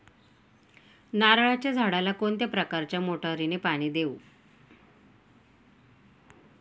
नारळाच्या झाडाला कोणत्या प्रकारच्या मोटारीने पाणी देऊ?